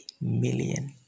million